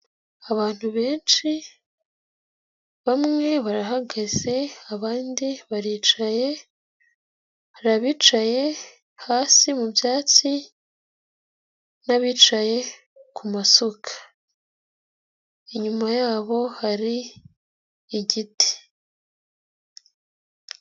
Abantu benshi, bamwe barahagaze, abandi baricaye, hari abicaye hasi mu byatsi, abandi bicaye kumasuka, inyuma yabo hari igiti.